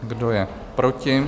Kdo je proti?